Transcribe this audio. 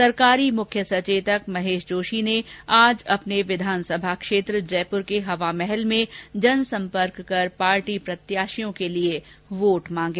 सरकारी मुख्य सचेतक महेश जोशी ने आज अपने विधानसभा क्षेत्र हवामहल में जनसंपर्क कर पार्टी प्रत्याशियों के लिए वोट मांगे